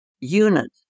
unit